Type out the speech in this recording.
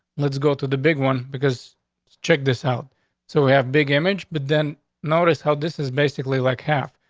let's go to the big one because check this out so we have big image, but then notice how this is basically like half,